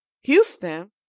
Houston